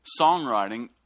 songwriting